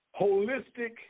holistic